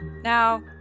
Now